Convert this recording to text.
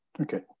Okay